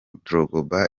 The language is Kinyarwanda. drogba